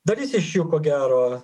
dalis iš jų ko gero